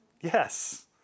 yes